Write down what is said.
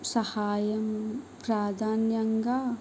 సహాయం ప్రాధాన్యంగా